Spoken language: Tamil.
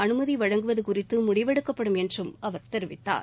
அனுமதி வழங்குவது குறித்து முடிவெடுக்கப்படும் என்றும் அவர் தெரிவித்தார்